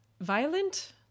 violent